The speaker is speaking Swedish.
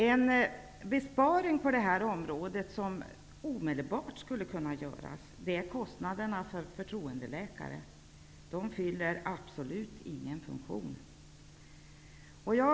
En besparing som omedelbart skulle kunna göras gäller kostnaderna för förtroendeläkare. De fyller absolut ingen funktion.